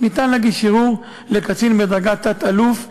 אפשר להגיש ערעור לקצין בדרגת תת-אלוף,